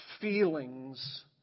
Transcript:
feelings